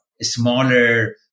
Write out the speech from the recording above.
smaller